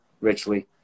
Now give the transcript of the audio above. richly